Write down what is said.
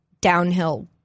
downhill